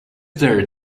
there